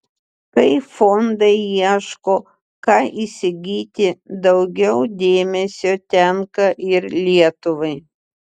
kai fondai ieško ką įsigyti daugiau dėmesio tenka ir lietuvai